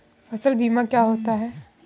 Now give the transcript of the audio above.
फसल बीमा क्या होता है?